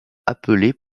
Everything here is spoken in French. appelées